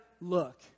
look